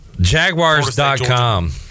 Jaguars.com